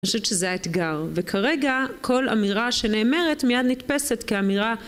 אני חושבת שזה האתגר וכרגע כל אמירה שנאמרת מיד נתפסת כאמירה